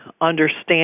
understand